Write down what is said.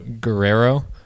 Guerrero